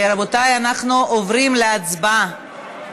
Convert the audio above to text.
רבותי, אנחנו עוברים להצבעה.